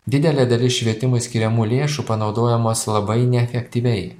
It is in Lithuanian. didelė dalis švietimui skiriamų lėšų panaudojamos labai neefektyviai